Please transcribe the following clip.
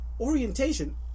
orientation